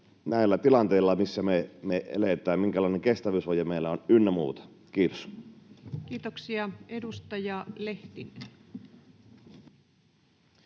näillä tilanteilla, missä me eletään, minkälainen kestävyysvaje meillä on, ynnä muuta. — Kiitos. [Speech